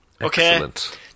Excellent